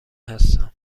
هستم